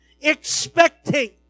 expecting